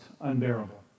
unbearable